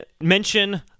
mention